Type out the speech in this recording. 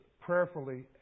prayerfully